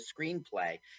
screenplay